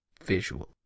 Visual